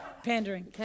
PANDERING